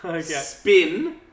Spin